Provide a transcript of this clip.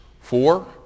four